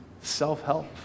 self-help